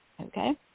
okay